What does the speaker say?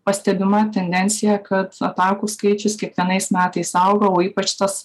pastebima tendencija kad atakų skaičius kiekvienais metais auga o ypač tas